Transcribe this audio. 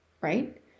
right